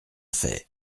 fait